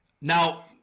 Now